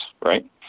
right